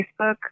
Facebook